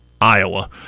Iowa